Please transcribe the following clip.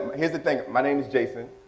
here's the thing, my name is jason.